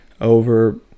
over